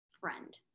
friend